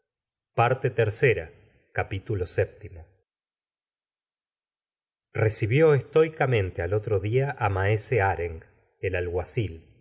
vii recibió estóicnmentc al otro día á maese hareng el alguacil